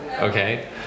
okay